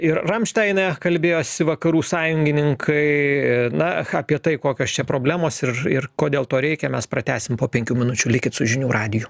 ir ramštaine kalbės vakarų sąjungininkai na apie tai kokios čia problemos ir ir kodėl to reikia mes pratęsim po penkių minučių likit su žinių radiju